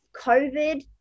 COVID